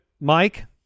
Mike